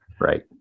Right